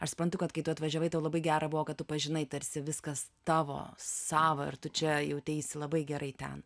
aš suprantu kad kai tu atvažiavai tau labai gera buvo kad tu pažinai tarsi viskas tavo sava ir tu čia jauteisi labai gerai ten